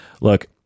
look